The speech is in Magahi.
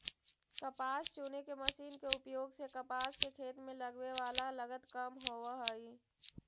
कपास चुने के मशीन के उपयोग से कपास के खेत में लगवे वाला लगत कम होवऽ हई